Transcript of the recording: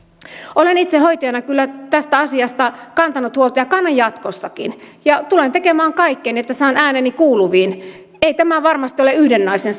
olen itse hoitajana kyllä tästä asiasta kantanut huolta ja kannan jatkossakin ja tulen tekemään kaikkeni että saan ääneni kuuluviin ei tämä varmasti ole yhden naisen